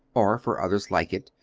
or for others like it,